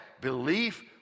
belief